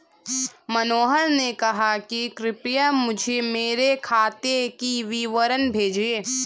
मनोहर ने कहा कि कृपया मुझें मेरे खाते का विवरण भेजिए